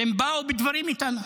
והם באו בדברים איתנו.